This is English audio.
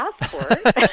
passport